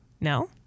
No